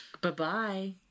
Bye-bye